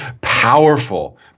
powerful